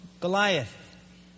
Goliath